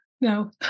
No